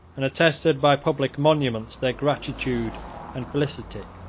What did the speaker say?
and attested by public monuments their gratitude and felicity.